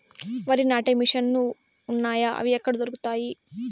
వరి నాటే మిషన్ ను లు వున్నాయా? అవి ఎక్కడ దొరుకుతాయి?